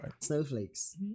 Snowflakes